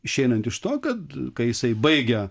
išeinant iš to kad kai jisai baigia